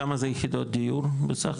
כמה זה יחידות דיור בסך הכול?